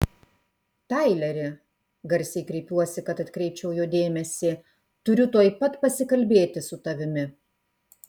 taileri garsiai kreipiuosi kad atkreipčiau jo dėmesį turiu tuoj pat pasikalbėti su tavimi